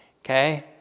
okay